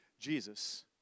Jesus